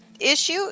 issue